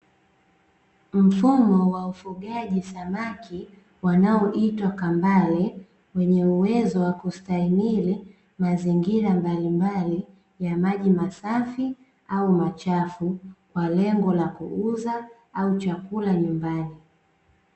Mfumo wa ufugaji samaki wanaoitwa kambale, wenye uwezo wa kustahimili mazingira mbalimbali ya maji masafi au machafu, kwa lengo la kuuza au chakula nyumbani.